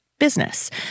Business